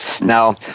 Now